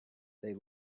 they